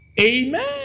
Amen